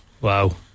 Wow